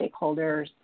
stakeholders